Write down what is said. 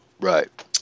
Right